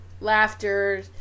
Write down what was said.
laughter